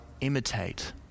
imitate